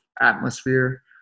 atmosphere